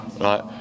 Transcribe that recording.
right